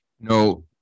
No